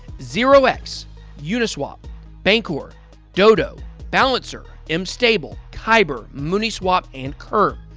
zero x uniswap bancor dodo balancer and mstable kyber mooniswap and curve.